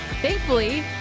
thankfully